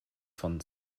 von